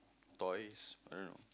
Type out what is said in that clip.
toys I don't know